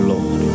Lord